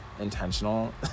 intentional